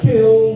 Kill